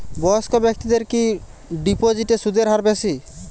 বয়স্ক ব্যেক্তিদের কি ডিপোজিটে সুদের হার বেশি?